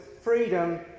freedom